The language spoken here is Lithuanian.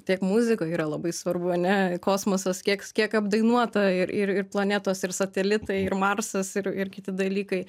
tiek muzikoj yra labai svarbu ane kosmosas kieks kiek apdainuota i ir ir planetos ir satelitai ir marsas ir ir kiti dalykai